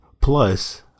plus